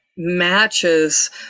Matches